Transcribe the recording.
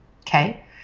Okay